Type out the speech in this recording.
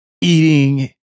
eating